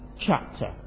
chapter